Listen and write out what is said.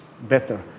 better